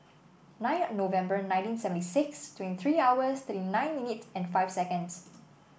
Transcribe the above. nine November nineteen seventy six twenty three hours thirty nine minutes and five seconds